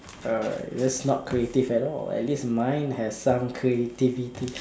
alright that's not creative at all at least mine has some creativity